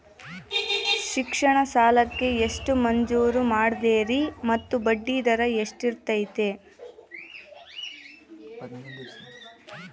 ಶಿಕ್ಷಣ ಸಾಲಕ್ಕೆ ಎಷ್ಟು ಮಂಜೂರು ಮಾಡ್ತೇರಿ ಮತ್ತು ಬಡ್ಡಿದರ ಎಷ್ಟಿರ್ತೈತೆ?